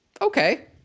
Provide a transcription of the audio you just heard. okay